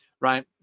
right